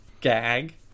gag